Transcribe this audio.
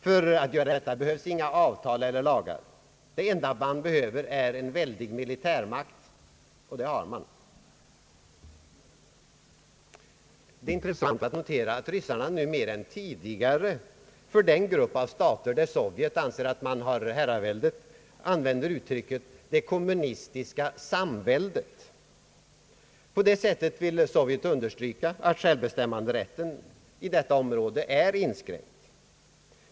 För att göra detta behövs inga avtal eller lagar. Det enda man behöver är en väldig militärmakt, och det har man. Det är intressant att notera att ryssarna nu mera än tidigare för den grupp av stater där Sovjet anser att man har herraväldet använder uttrycket »det kommunistiska samväldet». På det sättet vill Sovjet understryka att självbestämmanderätten i detta område är inskränkt.